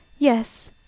Yes